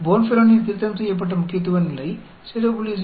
Bonferroni திருத்தம் செய்யப்பட்ட முக்கியத்துவ நிலை 0